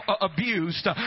abused